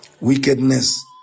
wickedness